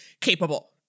capable